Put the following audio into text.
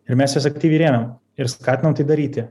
ir mes jas aktyviai rėmėm ir skatinom tai daryti